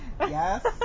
Yes